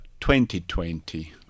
2020